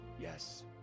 Yes